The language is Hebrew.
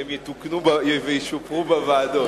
שהם יתוקנו וישופרו בוועדות.